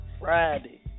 Friday